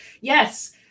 yes